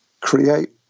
create